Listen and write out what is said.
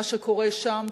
מה שקורה שם,